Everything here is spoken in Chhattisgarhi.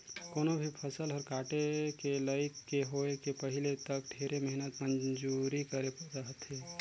कोनो भी फसल हर काटे के लइक के होए के पहिले तक ढेरे मेहनत मंजूरी करे रथे